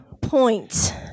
point